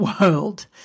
world